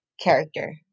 character